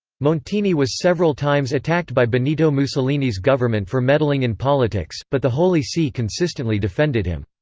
montini was several times attacked by benito mussolini's government for meddling in politics, but the holy see consistently defended him.